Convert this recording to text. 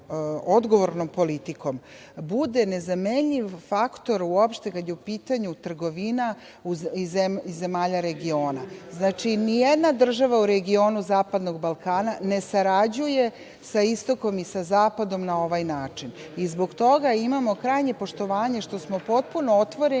odgovornom politikom bude nezamenljiv faktor uopšte kada je u pitanju trgovina iz zemalja regiona. Znači, nijedna država u regionu zapadnog Balkana ne sarađuje sa istokom i sa zapadom na ovaj način. Zbog toga imamo krajnje poštovanje, što smo potpuno otvoreni